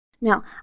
Now